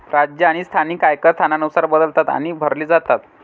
राज्य आणि स्थानिक आयकर स्थानानुसार बदलतात आणि भरले जातात